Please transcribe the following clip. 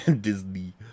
Disney